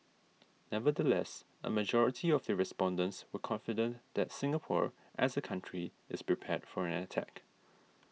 nevertheless a majority of the respondents were confident that Singapore as a country is prepared for an attack